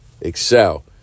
excel